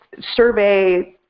survey